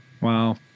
Wow